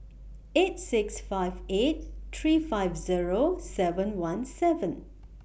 eight six five eight three five Zero seven one seven